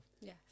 Yes